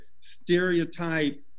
stereotype